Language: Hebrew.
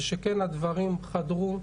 זה שהדברים חדרו,